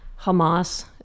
Hamas